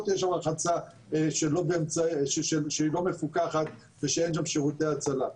תהיה שם רחצה לא מפוקחת ושאין שם שירותי הצלה.